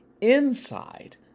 inside